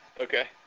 Okay